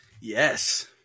Yes